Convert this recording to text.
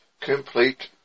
complete